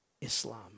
Islam